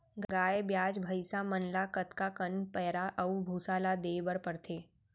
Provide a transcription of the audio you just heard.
गाय ब्याज भैसा मन ल कतका कन पैरा अऊ भूसा ल देये बर पढ़थे?